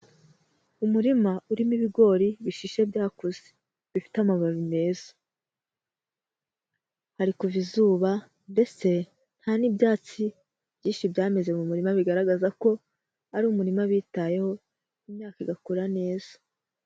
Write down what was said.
Umurima urimo ibigori bishishe byakuze, bifite amababi meza hari kuva izuba ndetse nta n'ibyatsi byinshi byameze mu murima bigaragaza ko ari umurima bitayeho imyaka igakura neza.